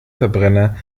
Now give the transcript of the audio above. verbrenner